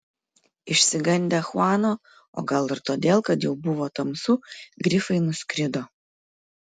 išsigandę chuano o gal ir todėl kad jau buvo tamsu grifai nuskrido